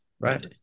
Right